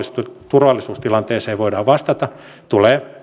turvallisuustilanteeseen voidaan vastata tulee